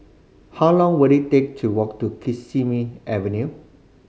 how long will it take to walk to Kismi Avenue